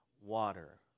water